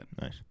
nice